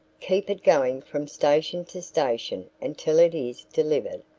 keep it going from station to station until it is delivered.